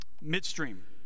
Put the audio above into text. midstream